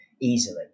easily